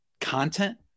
Content